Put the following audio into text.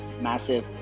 massive